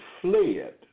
fled